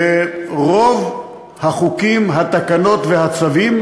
שרוב החוקים, התקנות והצווים